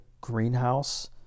greenhouse